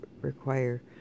require